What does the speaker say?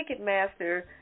Ticketmaster